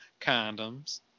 condoms